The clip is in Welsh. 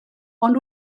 ond